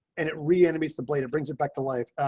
and it really enemies, the blade and brings it back to life.